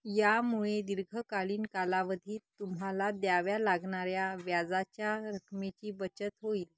यामुळे दीर्घकालीन कालावधीत तुम्हाला द्याव्या लागणाऱ्या व्याजाच्या रकमेची बचत होईल